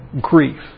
grief